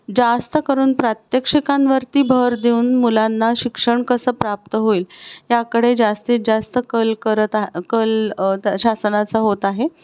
जास्त करून प्रात्यक्षिकांवरती भर देऊन मुलांना शिक्षण कसं प्राप्त होईल याकडे जास्तीत जास्त कल करत आ कल त्या शासनाचा होत आहे